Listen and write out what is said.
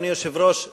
אדוני היושב-ראש,